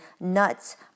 nuts